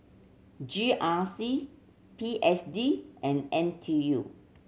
G R C P S D and N T U